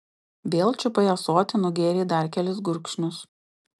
vėl čiupai ąsotį nugėrei dar kelis gurkšnius